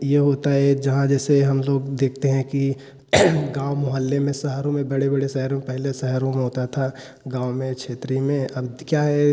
यह होता है जहाँ जैसे हम लोग देखते हैं कि गाँव मोहल्ले में शहरों में बड़े बड़े शहरों पहले शहरों में होता था गाँव में क्षेत्री में अब क्या है